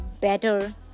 better